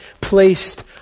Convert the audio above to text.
placed